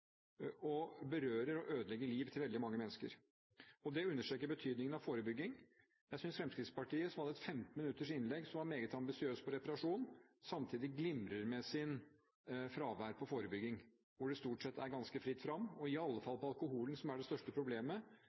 og berører og ødelegger livet til veldig mange mennesker. Det understreker betydningen av forebygging. Jeg synes Fremskrittspartiet, som hadde et 15-minuttersinnlegg, og som var meget ambisiøst når det gjaldt reparasjon, samtidig glimret med sitt fravær når det gjaldt forebygging. Der var det stort sett ganske fritt fram, i alle fall med hensyn til alkohol, som er det største problemet.